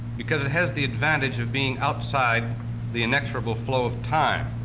because it has the advantage of being outside the inexorable flow of time.